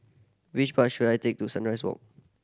which bus should I take to Sunrise Walk